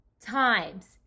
times